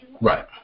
Right